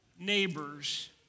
neighbors